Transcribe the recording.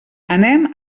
anem